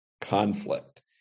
conflict